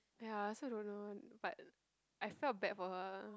ya I also don't know but I feel bad for her lah